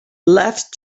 left